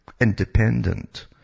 independent